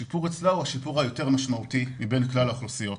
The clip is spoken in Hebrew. השיפור היותר משמעותי מבין כלל האוכלוסיות.